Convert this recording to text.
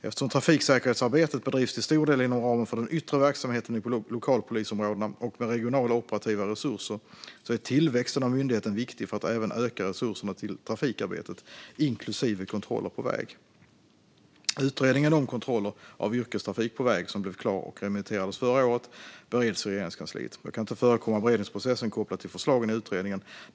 Eftersom trafiksäkerhetsarbetet till stor del bedrivs inom ramen för den yttre verksamheten i lokalpolisområdena och med regionala operativa resurser är tillväxten av myndigheten viktig för att även öka resurserna till trafikarbetet, inklusive kontroller på väg. Utredningen om kontroller av yrkestrafik på väg, som blev klar och remitterades förra året, bereds i Regeringskansliet. Jag kan inte förekomma beredningsprocessen kopplat till förslagen i utredningen.